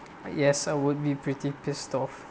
yes I would be pretty pissed off